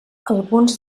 alguns